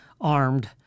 armed